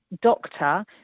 doctor